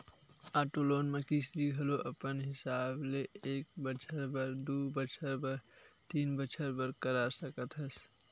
auto loan म किस्ती घलो अपन हिसाब ले एक बछर बर, दू बछर बर, तीन बछर बर करा सकत हस